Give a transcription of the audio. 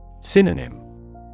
Synonym